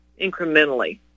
incrementally